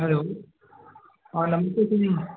हलो